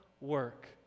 work